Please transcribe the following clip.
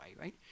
right